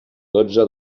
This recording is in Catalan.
dotze